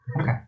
Okay